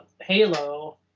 Halo